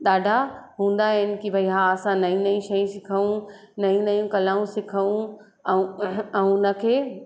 ॾाढा हूंदा आहिनि कि भई हा असां नई नई शयूं सिखऊं नई नई कलाऊं सिखूं ऐं ऐं उनखे